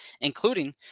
including